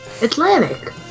Atlantic